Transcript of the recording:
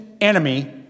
enemy